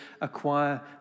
acquire